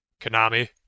Konami